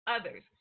others